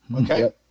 Okay